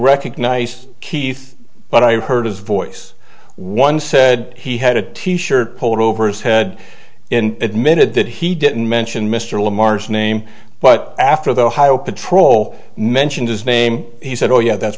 recognize keith but i heard a voice one said he had a t shirt pulled over his head in admitted that he didn't mention mr lamar's name but after the ohio patrol mentioned his name he said oh yeah that's